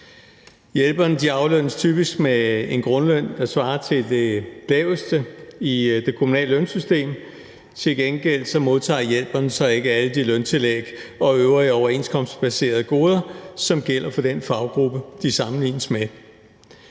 Hjælperne aflønnes typisk med en grundløn, der svarer til det laveste i det kommunale lønsystem; til gengæld modtager hjælperne så ikke alle de løntillæg og øvrige overenskomstbaserede goder, som gælder for den faggruppe, de sammenlignes med.